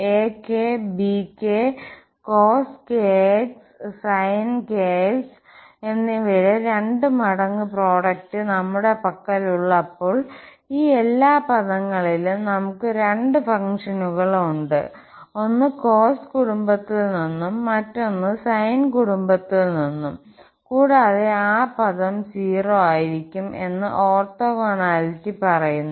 ak bk cos sin എന്നിവയുടെ 2 മടങ്ങ് product നമ്മുടെ പക്കലുള്ളപ്പോൾ ഈ എല്ലാ പദങ്ങളിലും നമുക് രണ്ട് ഫംഗ്ഷനുകൾ ഉണ്ട് ഒന്ന് കോസ് കുടുംബത്തിൽ നിന്നും മറ്റൊന്ന് സൈൻ കുടുംബത്തിൽ നിന്നും കൂടാതെ ആ പദം 0 ആയിരിക്കും എന്ന് ഓർത്തോഗോണാലിറ്റി പറയുന്നു